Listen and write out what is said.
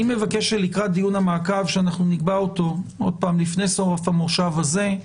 אני מבקש שלקראת דיון המעקב שאנחנו נקבע אותו לפני סוף המושב הזה,